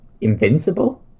invincible